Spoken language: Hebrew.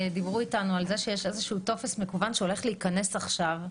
דיברו איתנו על זה שיש איזשהו טופס מקוון שהולך להיכנס עכשיו.